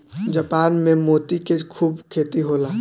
Japan में मोती के खूब खेती होला